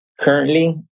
currently